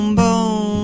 boom